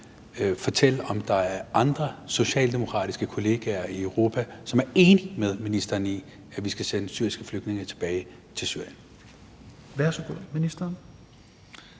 fortælle, om der er andre socialdemokratiske kolleger i Europa, som er enig med ministeren i, at vi skal sende syriske flygtninge tilbage til Syrien. Kl. 17:09 Fjerde